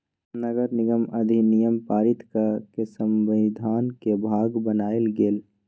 नगरनिगम अधिनियम पारित कऽ के संविधान के भाग बनायल गेल